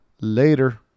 Later